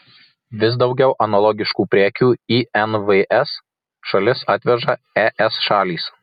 vis daugiau analogiškų prekių į nvs šalis atveža es šalys